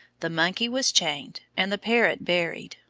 the monkey was chained, and the parrot buried,